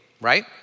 Right